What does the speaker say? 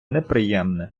неприємне